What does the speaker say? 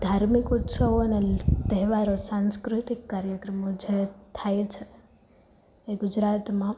ધાર્મિકોત્સવ અને તહેવારો સાંસ્કૃતિક કાર્યક્રમ છે થાય છે એ ગુજરાતમાં